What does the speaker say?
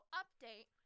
update